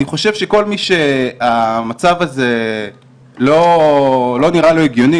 אני חושב שכל מי שהמצב הזה לא נראה לו הגיוני,